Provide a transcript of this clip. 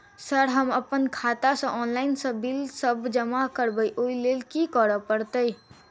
Sir हम अप्पन खाता सऽ ऑनलाइन सऽ बिल सब जमा करबैई ओई लैल की करऽ परतै?